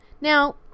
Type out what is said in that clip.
Now